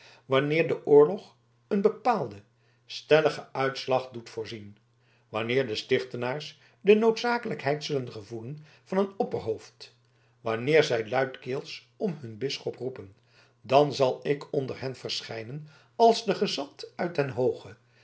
wanneer de oorlog een bepaalden stelligen uitslag doet voorzien wanneer de stichtenaars de noodzakelijkheid zullen gevoelen van een opperhoofd wanneer zij luidkeels om hun bisschop roepen dan zal ik onder hen verschijnen als de gezant uit den hoogen